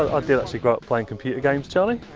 ah and actually grown up playing computer games charlie.